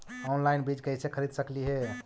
Online बीज कईसे खरीद सकली हे?